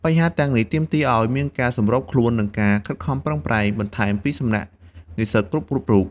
បញ្ហាទាំងអស់នេះទាមទារឲ្យមានការសម្របខ្លួន និងការខិតខំប្រឹងប្រែងបន្ថែមពីសំណាក់និស្សិតគ្រប់ៗរូប។